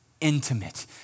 intimate